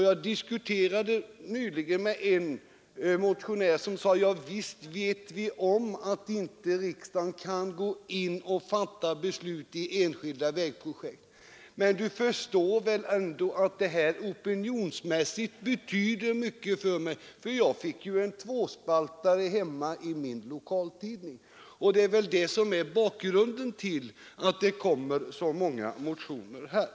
Jag diskuterade nyligen med en motionär som sade att visst vet vi om att riksdagen inte kan gå in och fatta beslut i enskilda vägprojekt, men jag borde väl ändå förstå att det här opinionsmässigt betyder mycket. Han fick, sade han, en tvåspaltare hemma i sin lokaltidning. Det är väl detta som är bakgrunden till att det kommer så många motioner här.